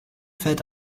fällt